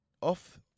Off